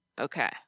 Okay